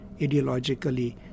ideologically